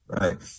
right